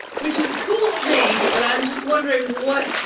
which is cool with me, but i'm just wondering what.